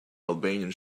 albanian